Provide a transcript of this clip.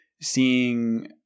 seeing